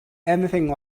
anything